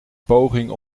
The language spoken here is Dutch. poging